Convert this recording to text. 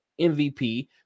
MVP